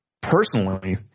personally